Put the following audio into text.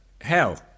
hell